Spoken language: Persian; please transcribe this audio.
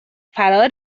فرا